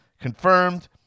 confirmed